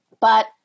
but-